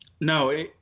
No